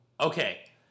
Okay